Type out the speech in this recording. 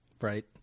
Right